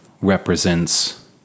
represents